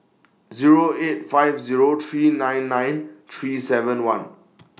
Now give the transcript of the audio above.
Zero eight five Zero three nine nine three seven one